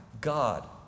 God